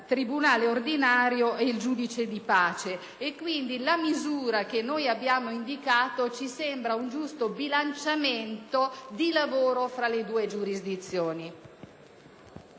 tribunale ordinario ed il giudice di pace. Pertanto, la misura indicata ci sembra un giusto bilanciamento di lavoro tra le due giurisdizioni.